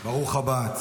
ברוך הבא.